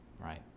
right